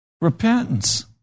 Repentance